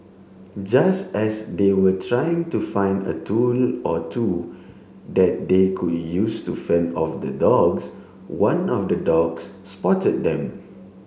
just as they were trying to find a tool or two that they could use to fend off the dogs one of the dogs spotted them